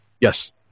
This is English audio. Yes